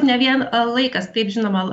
ne vien a laikas taip žinoma